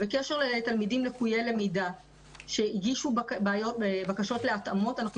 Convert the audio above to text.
בקשר לתלמידים לקויי למידה שהגישו בקשות להתאמות: אנחנו